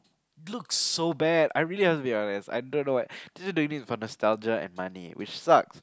looks so back I really want to be honest I don't know what they're just doing this for nostalgia and money which sucks